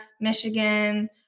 Michigan